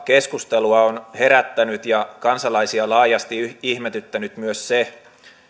keskustelua on herättänyt ja kansalaisia laajasti ihmetyttänyt myös se